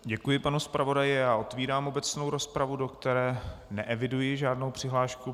Děkuji panu zpravodaji a já otevírám obecnou rozpravu, do které neeviduji žádnou přihlášku...